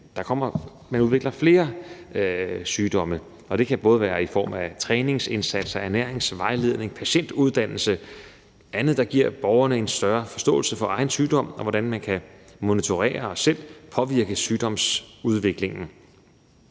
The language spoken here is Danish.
man udvikler flere sygdomme. Det kan både være i form af træningsindsatser, ernæringsvejledning, patientuddannelse og andet, der giver borgerne en større forståelse for egen sygdom, og hvordan man kan monitorere og selv påvirke sygdomsudviklingen.